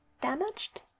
damaged